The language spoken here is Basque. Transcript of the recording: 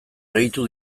gehitu